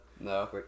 No